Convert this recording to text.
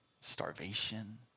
starvation